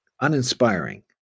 uninspiring